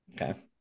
Okay